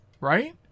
Right